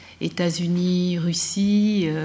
États-Unis-Russie